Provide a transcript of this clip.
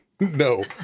No